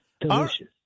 Delicious